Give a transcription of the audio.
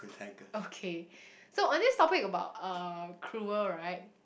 okay so on this topic about uh cruel right